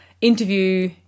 interview